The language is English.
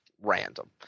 random